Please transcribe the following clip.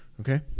okay